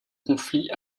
conflit